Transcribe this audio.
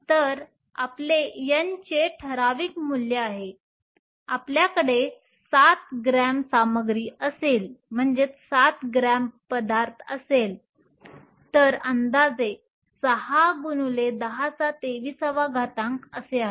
तर आपले N चे ठराविक मूल्य आहे जर आपल्याकडे 7 ग्रॅम सामग्री असेल तर अंदाजे 6 x 1023 आहे